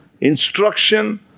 instruction